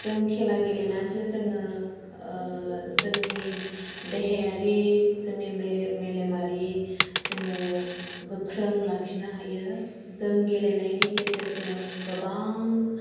जों खेला गेलेनानैसो जोङो जोंनि देहायारि जोंनि मेलेमारि जोङो गोख्रों लाखिनो हायो जों गेलेनायनि गेजेरजों गोबां